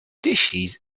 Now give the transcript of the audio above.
dishes